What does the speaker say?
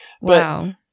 Wow